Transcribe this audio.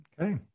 Okay